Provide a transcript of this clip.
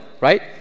right